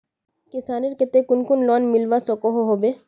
किसानेर केते कुन कुन लोन मिलवा सकोहो होबे?